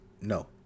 No